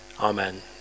Amen